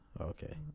Okay